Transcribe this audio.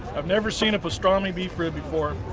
i've never seen a pastrami beef rib before.